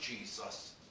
Jesus